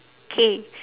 K